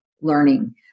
learning